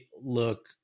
look